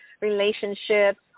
relationships